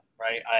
right